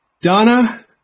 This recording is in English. Donna